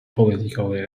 politically